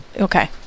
Okay